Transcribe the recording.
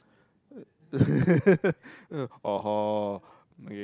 orh hor